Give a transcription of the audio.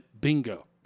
bingo